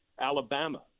Alabama